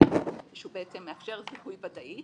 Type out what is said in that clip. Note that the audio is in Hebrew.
בעצם מאפשר זיהוי ודאי,